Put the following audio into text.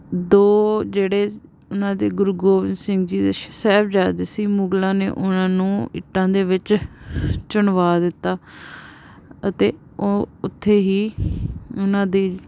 ਦੋ ਜਿਹੜੇ ਉਹਨਾਂ ਦੇ ਗੁਰੂ ਗੋਬਿੰਦ ਸਿੰਘ ਜੀ ਦੇ ਸਾਹਿਬਜ਼ਾਦੇ ਸੀ ਮੁਗਲਾਂ ਨੇ ਉਹਨਾਂ ਨੂੰ ਇੱਟਾਂ ਦੇ ਵਿੱਚ ਚਿਣਵਾ ਦਿੱਤਾ ਅਤੇ ਉਹ ਉੱਥੇ ਹੀ ਉਹਨਾਂ ਦੀ